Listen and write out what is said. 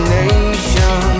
nation